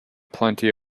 plenty